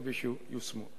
כפי שיושמו.